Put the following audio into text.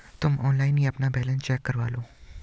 तुम ऑनलाइन ही अपना बैलन्स चेक करलो